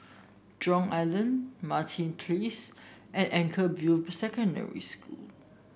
Jurong Island Martin Place and Anchorvale Secondary School